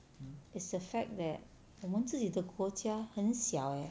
is the fact that 我们自己的国家很小 eh